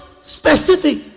specific